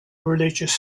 religious